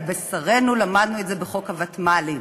על בשרנו למדנו את זה בחוק הוותמ"לים.